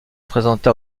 présenta